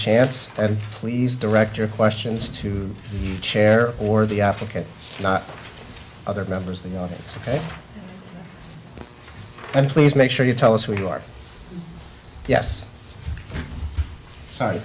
chance and please direct your questions to the chair or the african not other members of the audience ok and please make sure you tell us where you are yes sorry